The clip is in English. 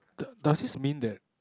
do~ does this mean that